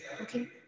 Okay